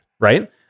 Right